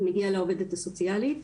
זה מגיע לעובדת הסוציאלית,